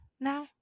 now